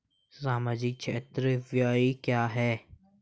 सामाजिक क्षेत्र व्यय क्या है?